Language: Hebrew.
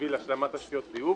בשביל השלמת תשתיות ביוב,